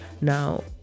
Now